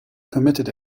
permitted